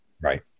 Right